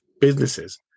businesses